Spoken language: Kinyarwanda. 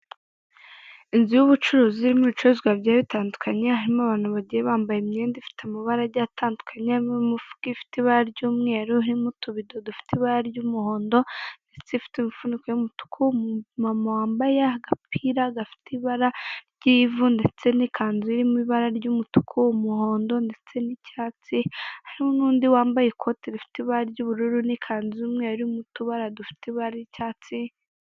Inzu y'ubucuruzi irimo ibicuruzwa bigiye bitandukanye harimo abantu bagiye bambaye imyenda ifite amabara agiye atandukanye harimo imifuka ifite ibara ry'umweru, harimo utubido dufite ibara ry'umuhondo ndetse ifite imifuniko y'umutuku, umumama wambaye agapira gafite ibara ry'ivu ndetse n'ikanzu irimo ibara ry'umutuku, umuhondo ndetse n'icyatsi, harimo n'undi wambaye ikoti rifite ibara ry'ubururu n'ikanzu y'umweru irimo utubara dufite ibara ry'icyatsi.